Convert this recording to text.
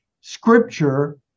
scripture